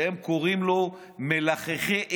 שהם קוראים לו "מלחכי עשב",